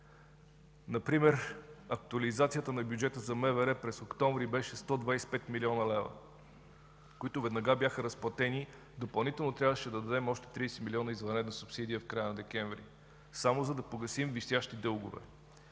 Например актуализацията на бюджета за МВР през октомври беше 125 млн. лв., които веднага бяха разплатени. Допълнително трябваше да дадем още 30 милиона извънредна субсидия в края на декември само за да погасим висящи дългове.